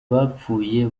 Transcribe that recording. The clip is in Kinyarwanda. bapfuye